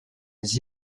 les